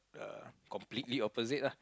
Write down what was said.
uh completely opposite lah